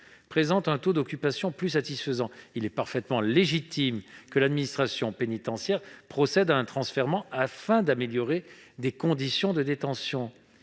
présente un taux d'occupation plus satisfaisant, il est parfaitement légitime que l'administration pénitentiaire procède à un transfèrement afin d'améliorer les conditions de détention.